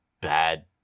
bad